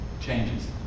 changes